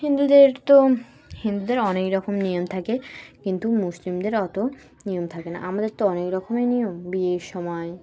হিন্দুদের তো হিন্দুদের অনেক রকম নিয়ম থাকে কিন্তু মুসলিমদের অত নিয়ম থাকে না আমাদের তো অনেক রকমের নিয়ম বিয়ের সময়